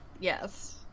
Yes